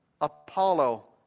Apollo